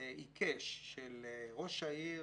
עיקש של ראש העיר,